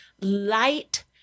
light